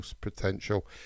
Potential